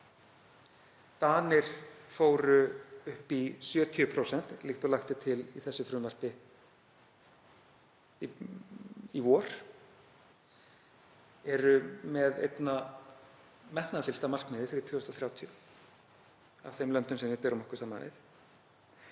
Danir fóru upp í 70% í vor, líkt og lagt er til í þessu frumvarpi, eru með einna metnaðarfyllsta markmiðið fyrir 2030 af þeim löndum sem við berum okkur saman við.